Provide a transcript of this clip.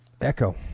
echo